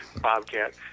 Bobcat